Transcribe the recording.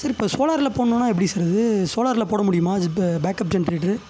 sir இப்போ சோலார்ல போடணுன்னா எப்படி சார் அது சோலார்ல போட முடியுமா அது பே பேக்அப் ஜென்ரேட்டரு